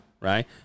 right